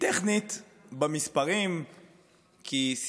היא טכנית,